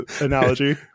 analogy